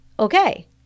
Okay